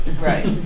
Right